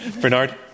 Bernard